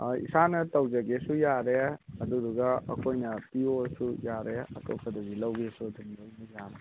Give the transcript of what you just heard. ꯑꯥ ꯏꯁꯥꯅ ꯇꯧꯖꯒꯦꯁꯨ ꯌꯥꯔꯦ ꯑꯗꯨꯗꯨꯒ ꯑꯩꯈꯣꯏꯅ ꯄꯤꯌꯣꯁꯨ ꯌꯥꯔꯦ ꯑꯇꯣꯞꯄꯗꯒꯤ ꯂꯧꯒꯦꯁꯨ ꯑꯗꯨꯝ ꯂꯣꯏꯅ ꯌꯥꯅꯤ